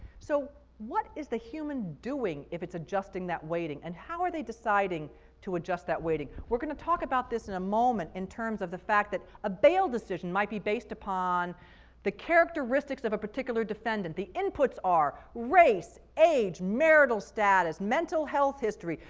so what is the human doing if it's adjusting that weighting, and how are they deciding to adjust that weighting? we're going to talk about this in a moment in terms of the fact that a bail decision might be based about the characteristics of a particular defendant. the inputs are race, age, marital status, mental health history,